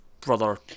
brother